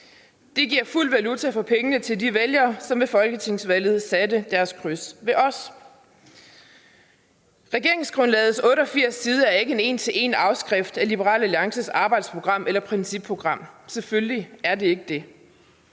Det giver fuld valuta for pengene til de vælgere, som ved folketingsvalget satte deres kryds ved os. Regeringsgrundlagets 88 sider er ikke en 1:1-afskrift af Liberal Alliances arbejdsprogram eller principprogram, selvfølgelig er det ikke det.